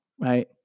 right